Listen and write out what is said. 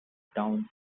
towns